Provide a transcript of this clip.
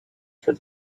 for